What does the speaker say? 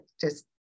just-